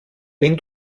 wenn